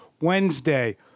Wednesday